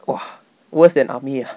!wah! worse than army ah